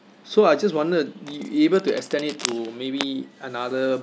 so I just wonder y~ you able to extend it to maybe another